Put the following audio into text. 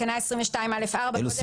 (תקנה 22(א)(4)).